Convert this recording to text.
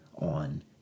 on